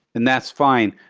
and that's fine.